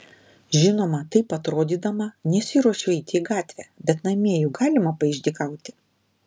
žinoma taip atrodydama nesiruošiu eiti į gatvę bet namie juk galima paišdykauti